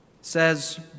says